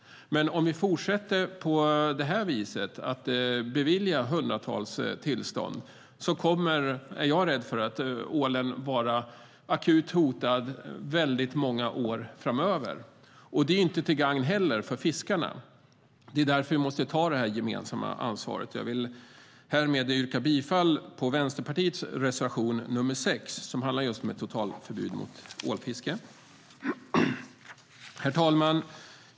Men fortsätter vi att bevilja hundratals tillstånd är jag rädd för att ålen kommer att vara akut hotad i många år framöver. Det är inte till gagn för fiskarna heller, så därför måste vi ta detta gemensamma ansvar. Jag yrkar härmed bifall till Vänsterpartiets reservation nr 6 om totalförbud mot ålfiske. Herr talman!